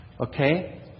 Okay